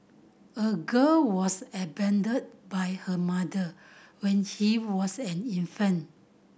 a girl was abandoned by her mother when he was an infant